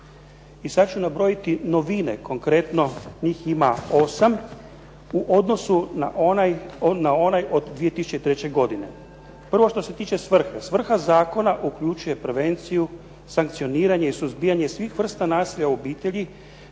I sad ću nabrojiti novine konkretno njih ima osam u odnosu na onaj od 2003. godine. Prvo što se tiče svrhe. Svrha zakona uključuje prevenciju, sankcioniranje i suzbijanje svih vrsta nasilja u obitelji